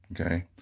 Okay